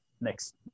next